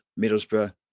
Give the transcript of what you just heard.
Middlesbrough